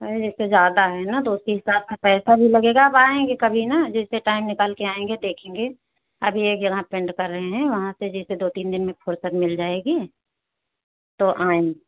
अरे जैसे ज़्यादा है न तो उसी हिसाब से पैसा भी लगेगा अब आएंगे कभी न जैसे टाइम निकाल कर आएंगे देखेंगे अभी एक जगह पेंट कर रहे हैं वहाँ से जैसे दो तीन दिन में फुर्सत मिल जाएगी तो आएं